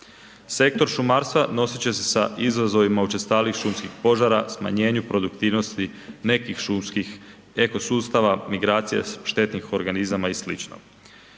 Sektor šumarstva nosit će se sa izazovima učestalijih šumskih požara, smanjenju produktivnosti nekih šumskih ekosustava, migracija štetnih organizama i